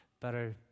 better